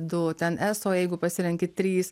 du ten eso jeigu pasirenki trys